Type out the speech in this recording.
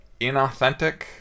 inauthentic